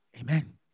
Amen